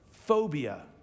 Phobia